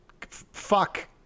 Fuck